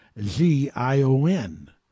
Z-I-O-N